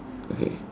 okay